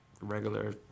regular